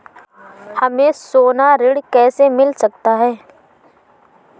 हमें सोना ऋण कैसे मिल सकता है?